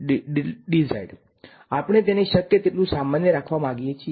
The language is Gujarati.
તેથી જો હું અહીં આ સુત્રને જોઉં તો હું તેને બે વેક્ટરની વચ્ચે કોઈ ડોટ ગુણાકર તરીકે વિચારી શકું છું